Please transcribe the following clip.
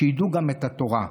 שידעו גם את התורה.